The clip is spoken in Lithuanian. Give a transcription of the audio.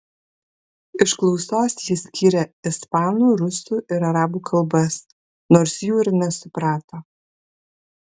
iš klausos jis skyrė ispanų rusų ir arabų kalbas nors jų ir nesuprato